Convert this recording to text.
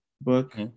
book